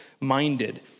minded